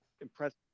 impressive